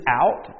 out